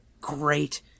great